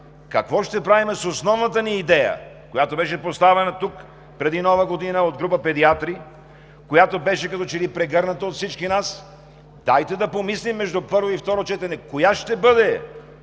какво ще правим с основната ни идея, която беше поставена тук преди Нова година от група педиатри, която беше като че ли прегърната от всички нас? Дайте да помислим между първо и второ четене, коя ще бъде